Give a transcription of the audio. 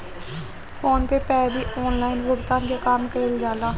phone पे पअ भी ऑनलाइन भुगतान के काम कईल जाला